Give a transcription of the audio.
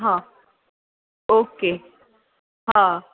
હા ઓકે હા